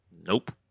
nope